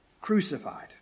crucified